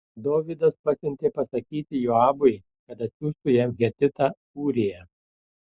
dovydas pasiuntė pasakyti joabui kad atsiųstų jam hetitą ūriją